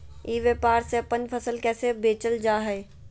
ई व्यापार से अपन फसल कैसे बेचल जा हाय?